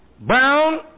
Brown